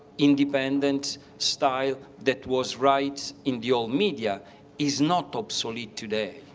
independent style that was right in the old media is not obsolete today.